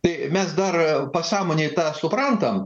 tai mes dar pasąmonėje tą suprantam